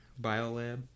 biolab